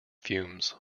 fumes